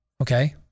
Okay